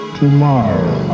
tomorrow